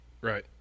Right